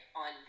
on